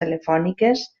telefòniques